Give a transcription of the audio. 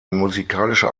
musikalische